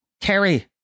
Kerry